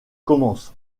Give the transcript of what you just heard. commence